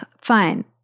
Fine